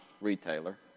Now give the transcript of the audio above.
retailer